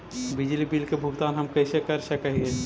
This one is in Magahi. बिजली बिल के भुगतान हम कैसे कर सक हिय?